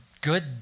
good